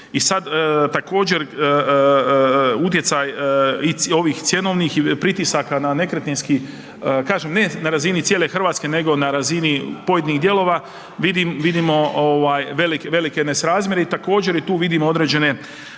I sad također utjecaj i ovih cjenovnih pritisaka na nekretninski, kažem ne na razini cijele Hrvatske, nego na razini pojedinih dijelova vidimo ovaj velike nesrazmjere i također tu vidimo određene